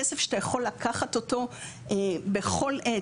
כסף שאתה יכול לקחת אותו בכל עת,